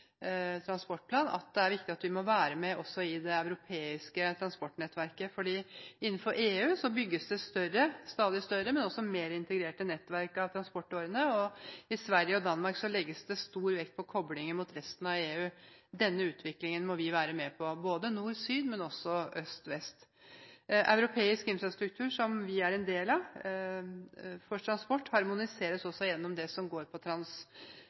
det europeiske transportnettverket, for innenfor EU bygges det stadig større og mer integrerte nettverk av transportårene, og i Sverige og i Danmark legges det stor vekt på koblinger mot resten av EU. Denne utviklingen må vi være med på, både nord–syd og øst–vest. Europeisk infrastruktur for transport, som vi er en del av, harmoniseres også gjennom Trans-European Transport Network, TEN-T, som veldig mange i denne salen kjenner det som.